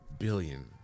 billion